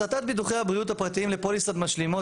הסתת ביטוחי הבריאות הפרטיים לפוליסות משלימות